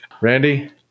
Randy